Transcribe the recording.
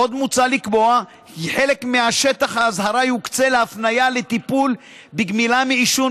עוד מוצע לקבוע כי חלק משטח האזהרה יוקצה להפניה לטיפול בגמילה מעישון,